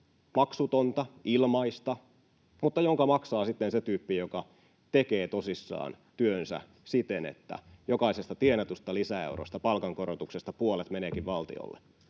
maksutonta, ilmaista, jonka maksaa sitten se tyyppi, joka tekee tosissaan työnsä siten, että jokaisesta tienatusta lisäeurosta, palkankorotuksesta, puolet meneekin valtiolle.